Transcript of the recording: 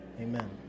Amen